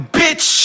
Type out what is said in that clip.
bitch